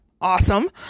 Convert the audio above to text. Awesome